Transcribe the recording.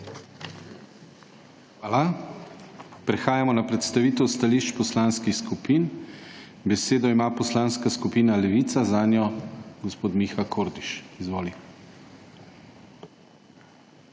Hvala. Prehajamo na predstavitev stališč poslanskih skupin. Besedo ima Poslanska skupina Levica, zanjo gospod Miha Kordiš. Izvoli.